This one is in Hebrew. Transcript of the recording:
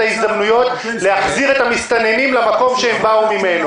ההזדמנויות להחזיר את המסתננים למקום שממנו הם באו.